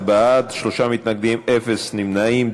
19 בעד, שלושה מתנגדים, אין נמנעים.